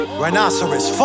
Rhinoceros